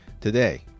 Today